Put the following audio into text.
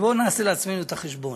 בואו נעשה לעצמנו את החשבון.